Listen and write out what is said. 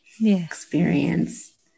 experience